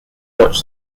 dutch